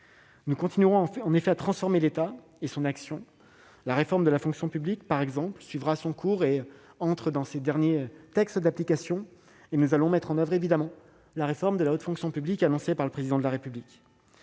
Nous continuerons en effet à transformer l'État et son action. La réforme de la fonction publique, par exemple, suivra son cours l'examen des derniers textes d'application. De plus, nous mettrons en oeuvre, évidemment, la réforme de la haute fonction publique annoncée par le Président de la République.